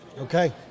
Okay